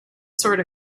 sort